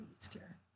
easter